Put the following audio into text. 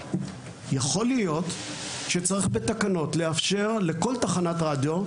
יכול להיות שצריך בתקנות לאפשר לכל תחנת רדיו,